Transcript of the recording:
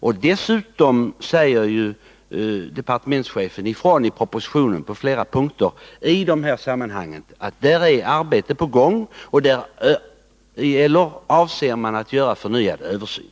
I propositionen framhåller dessutom departementschefen att det på flera punkter i dessa sammanhang pågår ett arbete och att man avser att göra en förnyad översyn.